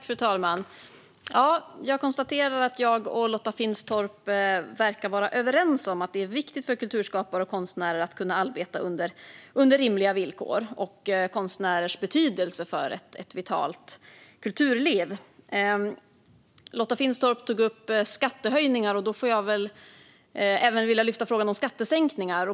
Fru talman! Jag konstaterar att jag och Lotta Finstorp verkar vara överens om att det är viktigt att kulturskapare och konstnärer kan arbeta under rimliga villkor, och vi verkar vara överens om konstnärers betydelse för ett vitalt kulturliv. Lotta Finstorp tog upp skattehöjningar, och därför vill jag även ta upp frågan om skattesänkningar.